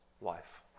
life